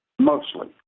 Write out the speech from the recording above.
mostly